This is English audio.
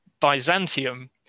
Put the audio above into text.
Byzantium